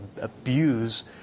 abuse